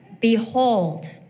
Behold